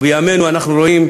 ובימינו אנחנו רואים